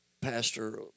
pastor